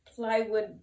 plywood